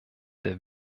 der